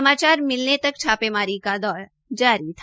समाचार मिलने तक छापामारी का दौर जारी था